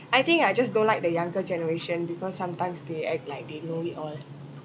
I think I just don't like the younger generation because sometimes they act like they know it all